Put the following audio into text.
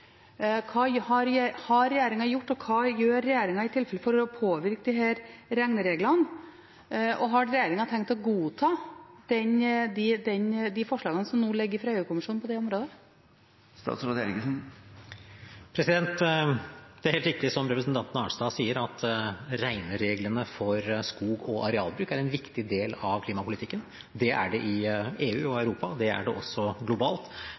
Hva har regjeringen gjort, og i tilfelle hva gjør regjeringen for å påvirke disse regnereglene? Har regjeringen tenkt å godta de forslagene som nå foreligger fra EU-kommisjonen på det området? Det er helt riktig, som representanten Arnstad sier, at regnereglene for skog- og arealbruk er en viktig del av klimapolitikken. Det er det i EU og Europa. Det er det også globalt.